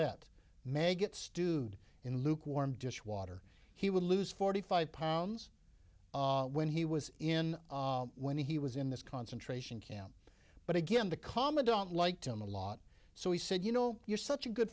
et maggot stewed in lukewarm dish water he would lose forty five pounds when he was in when he was in this concentration camp but again the commandant liked him a lot so he said you know you're such a good